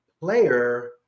player